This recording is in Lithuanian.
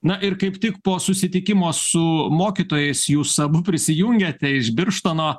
na ir kaip tik po susitikimo su mokytojais jūs abu prisijungiate iš birštono